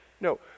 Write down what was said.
No